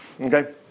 Okay